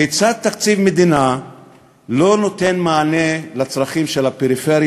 כיצד תקציב מדינה לא נותן מענה לצרכים של הפריפריה,